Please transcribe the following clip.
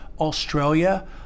Australia